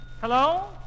Hello